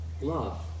love